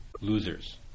losers